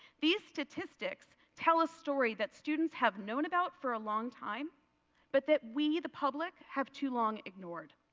these statistics tell a story that students have known about for a long time but that we the public have too long ignored.